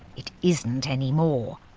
it isn't anymore.